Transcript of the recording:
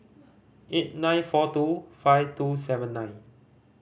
eight nine four two five two seven nine